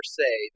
say